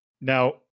Now